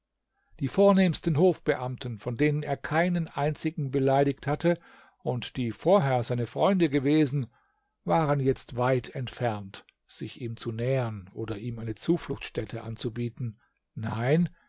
die vornehmsten hofbeamten von denen er keinen einzigen beleidigt hatte und die vorher seine freunde gewesen waren jetzt weit entfernt sich ihm zu nähern oder ihm eine zufluchtsstätte anzubieten nein